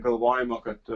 galvojimo kad